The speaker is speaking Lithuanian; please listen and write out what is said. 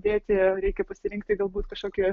dėti reikia pasirinkti galbūt kažkokį